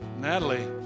Natalie